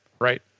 Right